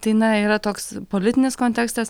tai na yra toks politinis kontekstas